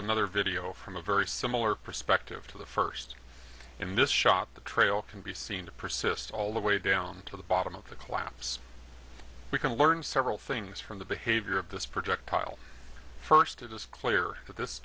another video from a very similar perspective to the first in this shot the trail can be seen to persist all the way down to the bottom of the collapse we can learn several things from the behavior of this projectile first it is clear that this